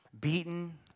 beaten